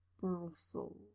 Brussels